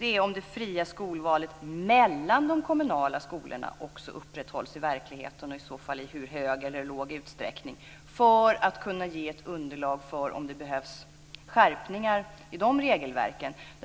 är om det fria skolvalet mellan de kommunala skolorna upprätthålls i verkligheten och i så fall i hur stor eller liten utsträckning för att kunna ge ett underlag för att avgöra om det behövs skärpningar i de regelverken.